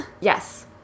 Yes